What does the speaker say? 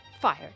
fired